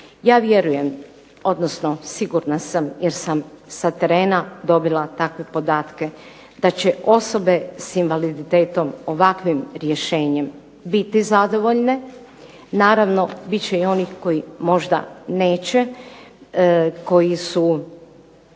Ja vjerujem odnosno sigurna sam jer sam sa terena dobila takve podatke da će osobe s invaliditetom ovakvim rješenjem biti zadovoljne. Naravno, bit će i onih koji možda neće, koji su